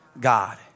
God